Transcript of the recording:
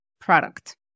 product